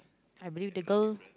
I believe the girl